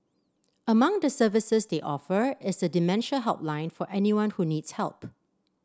among the services they offer is a dementia helpline for anyone who needs help